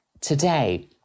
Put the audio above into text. today